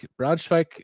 Braunschweig